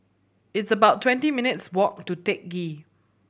it's about twenty minutes' walk to Teck Ghee